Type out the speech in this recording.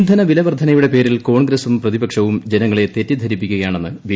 ഇന്ധന വിലവർദ്ധനയുടെ പേരിൽ കോൺഗ്രസും പ്രതിപക്ഷവും ജനങ്ങളെ തെറ്റിദ്ധ്രിപ്പിക്കുകയാണെന്ന് ബി